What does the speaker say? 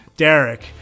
Derek